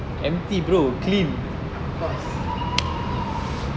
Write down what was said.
of course